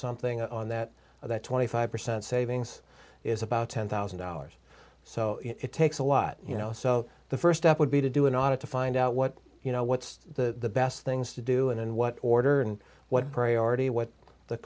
something on that that twenty five percent savings is about ten thousand dollars so it takes a lot you know so the first step would be to do an audit to find out what you know what's the best things to do and in what order and what priority what the